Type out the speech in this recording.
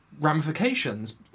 ramifications